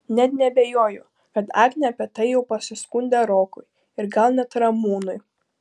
net neabejoju kad agnė apie tai jau pasiskundė rokui ir gal net ramūnui